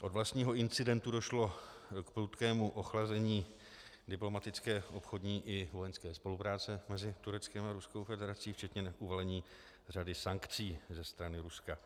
Od vlastního incidentu došlo k prudkému ochlazení diplomatické obchodní i vojenské spolupráce mezi Tureckem a Ruskou federací, včetně uvalení řady sankcí ze strany Ruska.